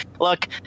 look